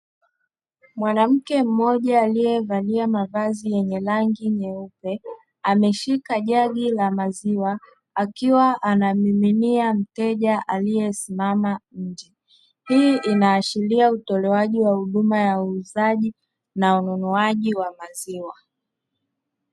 Mwanamke mmoja aliyevalia mavazi yenye rangi nyeupe ameshika jagi la maziwa, akiwa anamiminia mteja aliyesimama nje. Hii inaashiria utolewaji wa huduma ya utunzaji na ununuliwaji wa maziwa.